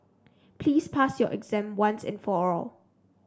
please pass your exam once and for all